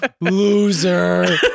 loser